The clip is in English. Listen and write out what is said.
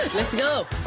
let's go.